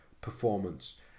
performance